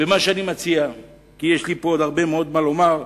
יש לי פה עוד הרבה מאוד מה לומר,